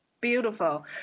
Beautiful